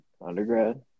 Undergrad